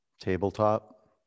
Tabletop